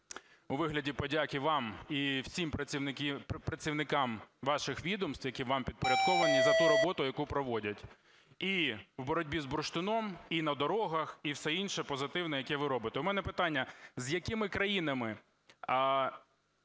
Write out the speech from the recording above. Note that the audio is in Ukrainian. у вигляді подяки вам і всім працівникам ваших відомств, які вам підпорядковані, за ту роботу, яку проводять і в боротьбі з бурштином, і на дорогах, і все інше позитивне, яке ви робите. У мене питання: з якими країнами